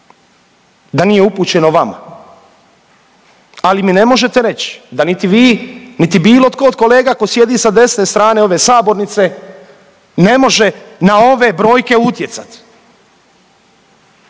da nije upućeno vama, ali mi ne možete reć da niti vi, niti bilo tko od kolega koji sjedi sa desne strane ove sabornice ne može na ove brojke utjecat